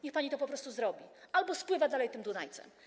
Niech pani to po prostu zrobi albo spływa dalej tym Dunajcem.